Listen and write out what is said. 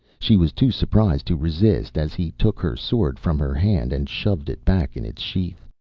she was too surprised to resist as he took her sword from her hand and shoved it back in its sheath.